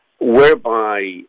whereby